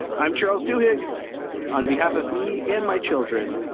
i'm charles duhigg on behalf of me and my children.